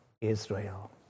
Israel